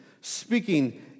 speaking